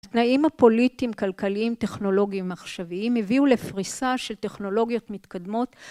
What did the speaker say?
תנאים הפוליטיים, כלכליים, טכנולוגיים, עכשוויים הביאו לפריסה של טכנולוגיות מתקדמות.